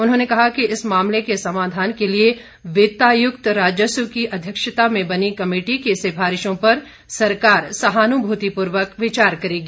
उन्होंने कहा कि इस मामले के समाधान के लिए वित्तायुक्त राजस्व की अध्यक्षता में बनी कमेटी की सिफारिशों पर सरकार सहानुभूतिपूर्वक विचार करेगी